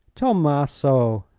tommaso,